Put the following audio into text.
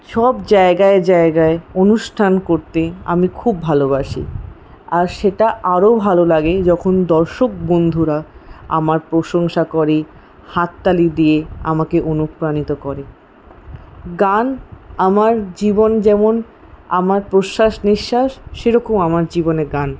সব জায়গায় জায়গায় অনুষ্ঠান করতে আমি খুব ভালোবাসি আর সেটা আরও ভালো লাগে যখন দর্শকবন্ধুরা আমার প্রশংসা করে হাততালি দিয়ে আমাকে অনুপ্রাণিত করে গান আমার জীবন যেমন আমার প্রশ্বাস নিঃশ্বাস সেরকম আমার জীবনে গান